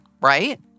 right